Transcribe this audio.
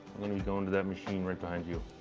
let me go into that machine behind you.